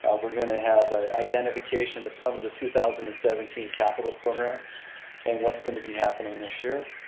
ah we're going to have an ah identification of some of the two thousand and seventeen capital program and what's going to be happening this year.